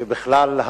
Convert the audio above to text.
ובכלל,